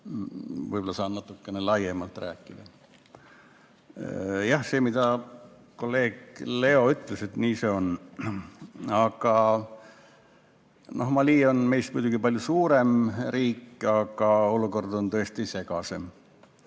võib-olla saan natukene laiemalt rääkida. Jah, see, mida kolleeg Leo ütles – nii see on. Mali on meist muidugi palju suurem riik, aga olukord on seal